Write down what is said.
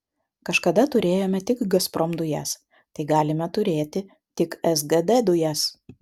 kažkada turėjome tik gazprom dujas tai galime turėti tik sgd dujas